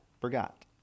forgot